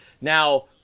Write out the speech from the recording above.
now